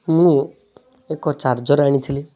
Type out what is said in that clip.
ମୁଁ ଏକ ଚାର୍ଜର ଆଣିଥିଲି